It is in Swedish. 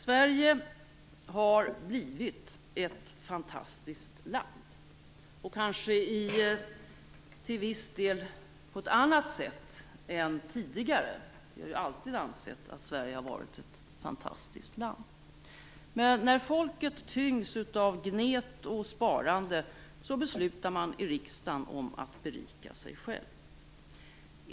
Sverige har blivit ett fantastiskt land, kanske till viss del på ett annat sätt än tidigare - vi har ju alltid ansett att Sverige är ett fantastiskt land. Men när folket tyngs av gnet och sparande beslutar man i riksdagen om att berika sig själv.